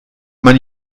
man